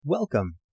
Welcome